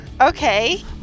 okay